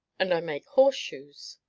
and i make horseshoes